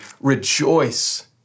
rejoice